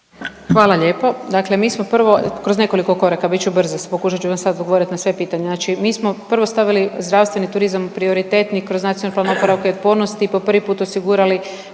Hvala lijepo. Dakle, mi smo prvo, kroz nekoliko koraka bit ću brza, pokušat ću vam sad odgovorit na sva pitanja. Znači mi smo prvo stavili zdravstveni turizam prioritetni kroz Nacionalni plan oporavka i otpornosti po prvi put osigurali